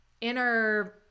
inner